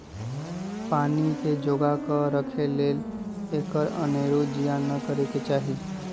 पानी के जोगा कऽ राखे लेल एकर अनेरो जियान न करे चाहि